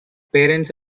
parents